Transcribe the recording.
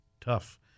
tough